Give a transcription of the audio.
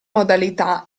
modalità